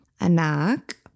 anak